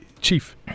chief